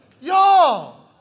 y'all